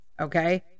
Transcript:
okay